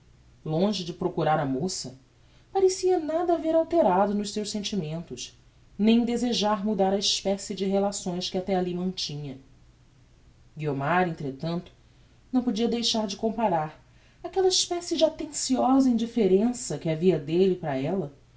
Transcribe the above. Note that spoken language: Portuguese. longe de procurar a moça parecia nada haver alterado nos seus sentimentos nem desejar mudar a especie de relações que até alli mantinha guiomar entretanto não podia deixar de comparar aquella especie de attenciosa indifferença que havia delle para ella